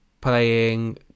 playing